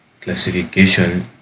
classification